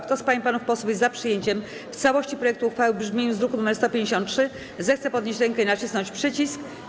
Kto z pań i panów posłów jest za przyjęciem w całości projektu uchwały, w brzmieniu z druku nr 153, zechce podnieść rękę i nacisnąć przycisk.